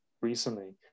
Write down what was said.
recently